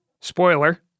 Spoiler